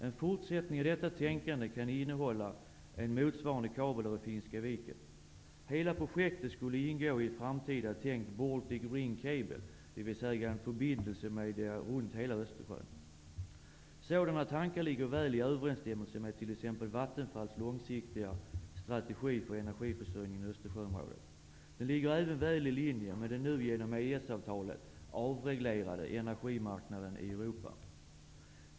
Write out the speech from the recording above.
En fortsättning av detta tänkande kan innehålla en motsvarande kabel över Finska viken. Hela projektet skulle ingå i en framtida tänkt Baltic Ring Sådana tankar ligger väl i överensstämmelse med t.ex. Vattenfalls långsiktiga strategi för energiförsörjningen i Östersjöområdet. De ligger även väl i linje med den nu genom EES-avtalet avreglerade energimarknaden i Europa.